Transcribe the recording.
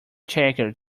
checker